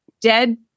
dead